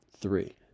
three